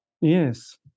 yes